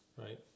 right